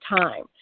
time